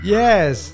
Yes